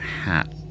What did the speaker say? hat